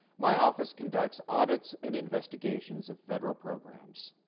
my office conducts audits and investigations of federal programs.